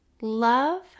Love